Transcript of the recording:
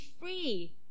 free